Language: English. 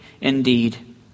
indeed